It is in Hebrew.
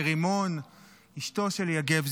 לרימון אשתו של יגב,